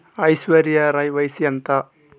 ఐశ్వర్యారాయ్ వయస్సు ఎంత